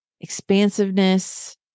expansiveness